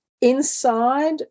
inside